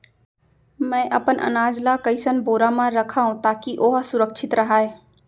मैं अपन अनाज ला कइसन बोरा म रखव ताकी ओहा सुरक्षित राहय?